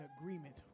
agreement